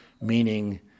meaning